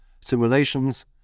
simulations